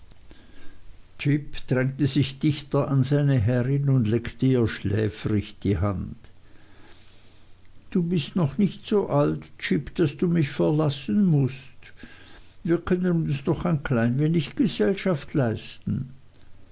jip drängte sich dichter an seine herrin und leckte ihr schläfrig die hand du bist noch nicht so alt jip daß du mich verlassen mußt wir können uns noch ein klein wenig gesellschaft leisten